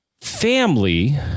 family